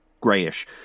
grayish